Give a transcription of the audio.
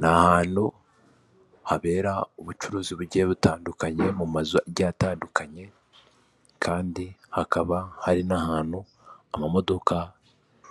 Ni ahantu habera ubucuruzi bugiye butandukanye mu mazu atandukanye, kandi hakaba hari n'ahantu amamodoka